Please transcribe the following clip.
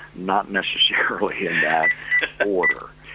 not necessarily in that order.